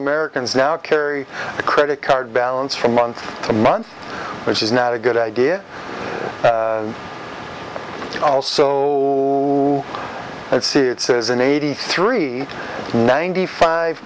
americans now carry a credit card balance from month to month which is not a good idea also and see it says an eighty three ninety five